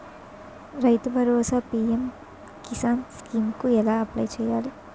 రైతు Bharosa PM Kisan scheme కు ఎలా అప్లయ్ చేయాలి?